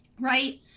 right